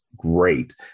great